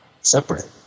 separate